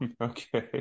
okay